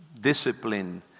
discipline